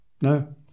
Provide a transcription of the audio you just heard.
no